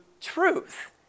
truth